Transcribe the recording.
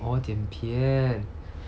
oh 剪片